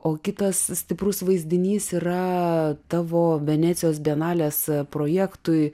o kitas stiprus vaizdinys yra tavo venecijos bienalės projektui